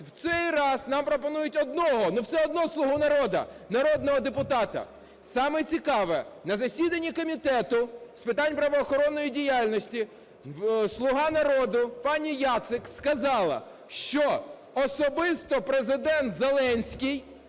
В цей раз нам пропонують одного, но все одно "слугу народу", народного депутата. Саме цікаве, на засіданні Комітету з питань правоохоронної діяльності "слуга народу" пані Яцик сказала, що особисто Президент Зеленський